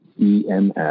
EMS